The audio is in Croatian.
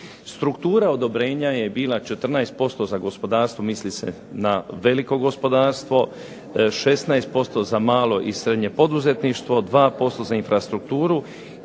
Struktura odobrenja je bila 14% za gospodarstvo, misli se na veliko gospodarstvo, 16% za malo i srednje poduzetništvo, 2% za infrastrukturu